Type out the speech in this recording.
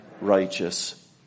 righteous